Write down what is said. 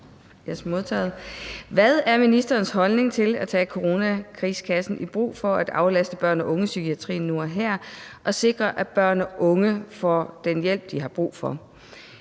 Hvad er ministerens holdning til at tage »coronakrigskassen« i brug for at aflaste børne- og ungepsykiatrien nu og her og sikre, at børn og unge får den hjælp, de har brug for,